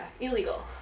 illegal